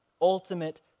ultimate